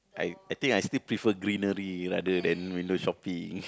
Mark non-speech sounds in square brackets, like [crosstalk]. I I think I still prefer greenery rather than window shopping [laughs]